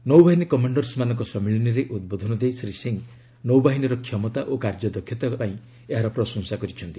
ନୌବାହିନୀ କମାଣ୍ଡର୍ସ୍ମାନଙ୍କ ସମ୍ମିଳନୀରେ ଉଦ୍ବୋଧନ ଦେଇ ଶ୍ରୀ ସିଂ ନୌବାହିନୀର କ୍ଷମତା ଓ କାର୍ଯ୍ୟ ଦକ୍ଷତାକୁ ପାଇଁ ଏହାର ପ୍ରଶଂସା କରିଛନ୍ତି